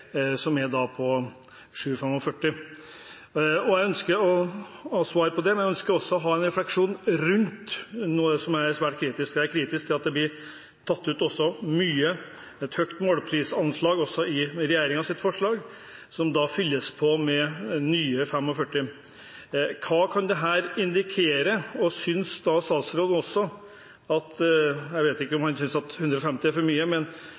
som er på 745 mill. kr. Jeg ønsker å få svar på det, men jeg ønsker også en refleksjon rundt noe jeg er svært kritisk til. Jeg er kritisk til at det blir tatt ut mye, et høyt målprisanslag, også i regjeringens forslag, som fylles på med nye 45 mill. kr. Jeg vet ikke om statsråden synes at 150 mill. kr er for mye, men